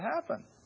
happen